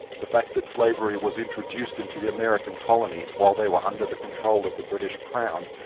the fact that slavery was introduced into the american colonies, while they were under the control of the british crown,